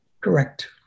Correct